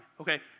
okay